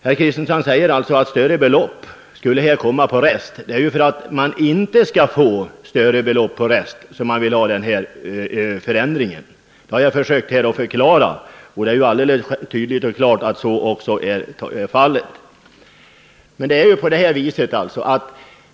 Herr Kristenson säger också att större belopp skulle komma på restlängd. Det är ju för att inte få större belopp på restlängd som vi vill genomföra den här förändringen — det har jag försökt förklara här. Det är ju också tydligt och klart att så skall bli fallet.